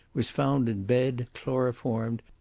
was found in bed, chloroformed,